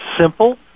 simple